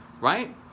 right